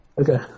Okay